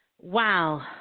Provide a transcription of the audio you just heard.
Wow